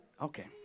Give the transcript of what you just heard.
Okay